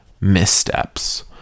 missteps